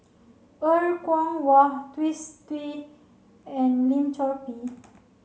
Er Kwong Wah Twisstii and Lim Chor Pee